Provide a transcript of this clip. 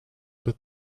but